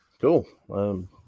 cool